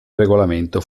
regolamento